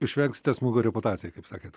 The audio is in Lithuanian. išvengsite smūgio reputacijai kaip sakėt